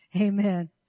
Amen